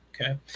Okay